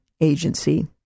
agency